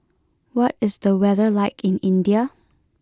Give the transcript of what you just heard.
what is the weather like in India